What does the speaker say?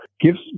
gives